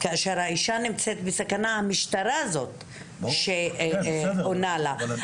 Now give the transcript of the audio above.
כאשר האישה נמצאת בסכנה המשטרה זאת שעונה לה.